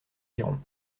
girons